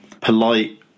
Polite